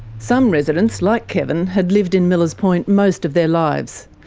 some residents, like kevin, had lived in millers point most of their lives.